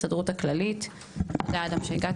תודה שהגעת.